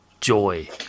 joy